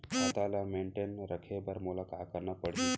खाता ल मेनटेन रखे बर मोला का करना पड़ही?